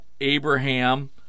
Abraham